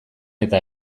eta